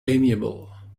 amiable